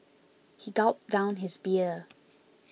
he gulped down his beer